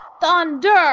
Thunder